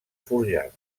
forjat